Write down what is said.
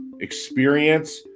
experience